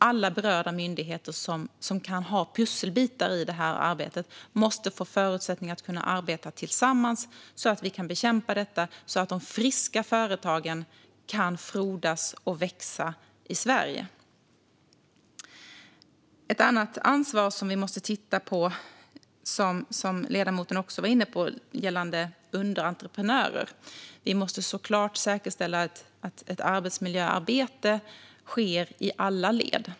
Alla berörda myndigheter som kan ha pusselbitar i arbetet måste få förutsättningar att arbeta tillsammans så att vi kan bekämpa problemen. Då kan de friska företagen frodas och växa i Sverige. En annan ansvarsfråga som vi måste titta på, som ledamoten också var inne på, gäller underentreprenörer. Vi måste såklart säkerställa att arbetsmiljöarbetet sker i alla led.